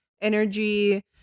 energy